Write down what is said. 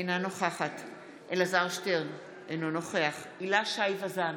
אינה נוכחת אלעזר שטרן, אינו נוכח הילה שי וזאן,